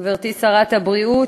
גברתי שרת הבריאות,